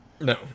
No